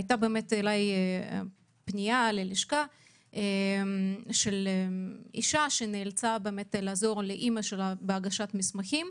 הייתה פניה ללשכה מאישה שנאלצה לעזור לאמא שלה בהגשת המסמכים.